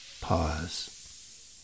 Pause